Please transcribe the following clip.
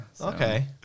Okay